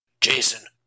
Jason